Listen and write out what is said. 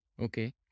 Okay